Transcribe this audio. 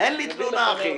אין לי תלונה, אחי.